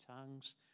tongues